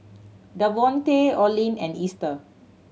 Devontae Oline and Easter